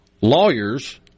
lawyers